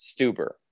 Stuber